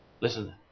Listen